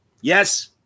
Yes